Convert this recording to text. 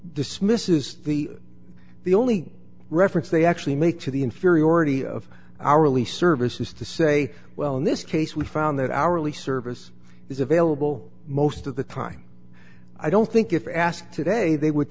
dismisses the the only reference they actually make to the inferiority of hourly service is to say well in this case we found that hourly service is available most of the time i don't think if asked today they would